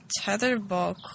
tetherball